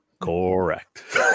Correct